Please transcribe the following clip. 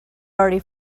already